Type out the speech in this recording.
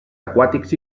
aquàtics